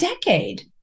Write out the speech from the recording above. decade